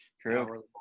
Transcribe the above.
true